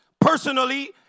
personally